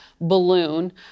balloon